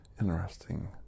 interesting